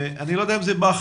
אני לא יודע אם זה באחריותך,